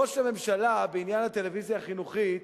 ראש הממשלה, בעניין הטלוויזיה החינוכית,